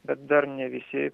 bet dar ne visi